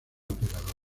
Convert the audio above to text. operador